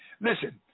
Listen